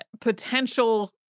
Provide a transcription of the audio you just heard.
potential